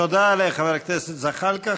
תודה לחבר הכנסת זחאלקה.